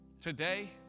Today